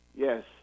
Yes